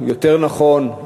יותר נכון,